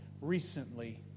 recently